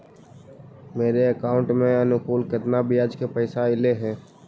मेरे अकाउंट में अनुकुल केतना बियाज के पैसा अलैयहे?